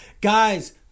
Guys